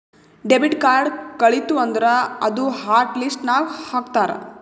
debit card ಕಳಿತು ಅಂದುರ್ ಅದೂ ಹಾಟ್ ಲಿಸ್ಟ್ ನಾಗ್ ಹಾಕ್ತಾರ್